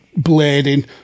blading